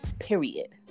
period